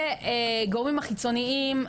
גורמים חיצוניים,